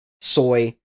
soy